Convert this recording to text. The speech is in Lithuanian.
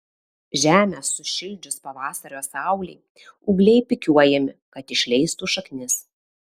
žemę sušildžius pavasario saulei ūgliai pikiuojami kad išleistų šaknis